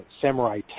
samurai